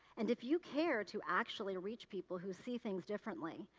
and if you care to actually reach people who see things differently,